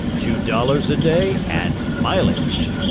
two dollars a day and mileage,